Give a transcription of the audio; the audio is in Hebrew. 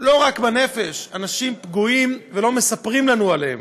ולא רק בנפש, אנשים פגועים, ולא מספרים לנו עליהם.